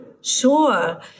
Sure